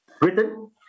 written